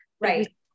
Right